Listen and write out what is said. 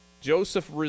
Joseph